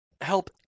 help